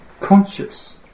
conscious